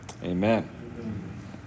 Amen